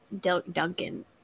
duncan